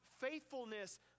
faithfulness